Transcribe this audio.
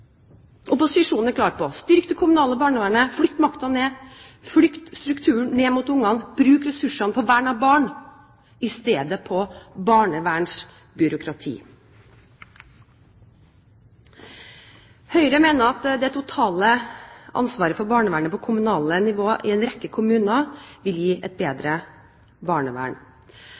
Opposisjonen er klar på at man må styrke det kommunale barnevernet, flytte makta ned, flytte strukturene ned mot barna og bruke ressursene på vern av barn i stedet for på barnevernsbyråkrati. Høyre mener at det totale ansvaret for barnevernet på kommunalt nivå i en rekke kommuner vil gi et bedre barnevern.